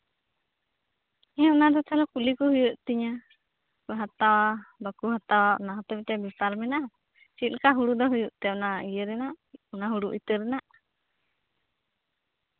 ᱦᱮᱸ ᱚᱱᱟ ᱫᱚ ᱛᱟᱦᱚᱞᱮ ᱠᱩᱞᱤ ᱠᱚ ᱦᱩᱭᱩᱜ ᱛᱤᱧᱟᱹ ᱦᱟᱛᱟᱣᱟ ᱵᱟᱠᱚ ᱦᱟᱛᱟᱣᱟ ᱚᱱᱟ ᱦᱚᱸᱛᱚ ᱢᱤᱫᱴᱮᱱ ᱵᱮᱯᱟᱨ ᱢᱮᱱᱟᱜᱼᱟ ᱪᱮᱫ ᱞᱮᱠᱟ ᱦᱩᱲᱩ ᱫᱚ ᱦᱩᱭᱩᱜ ᱛᱮ ᱚᱱᱟ ᱦᱩᱲᱩ ᱤᱛᱟᱹ ᱨᱮᱱᱟᱜ